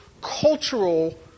cultural